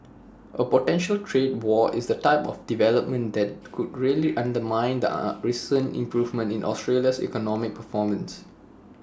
A potential trade war is the type of development that could really undermine the recent improvement in Australia's economic performance